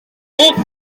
hoff